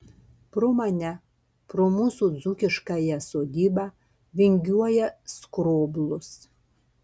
pro mane pro mūsų dzūkiškąją sodybą vingiuoja skroblus